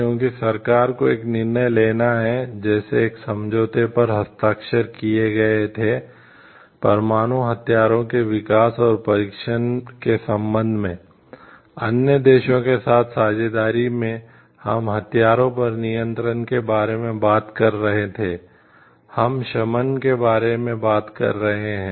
क्योंकि सरकार को एक निर्णय लेना है जैसे एक समझौते पर हस्ताक्षर किए गए थे परमाणु हथियारों के विकास और परीक्षण के संबंध में अन्य देशों के साथ साझेदारी में हम हथियारों पर नियंत्रण के बारे में बात कर रहे थे हम शमन के बारे में बात कर रहे हैं